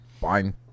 Fine